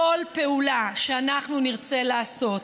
בכל פעולה שאנחנו נרצה לעשות,